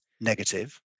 negative